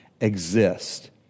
exist